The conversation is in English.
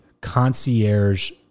concierge